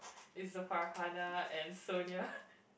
is the Farhana and Sonia